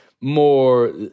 more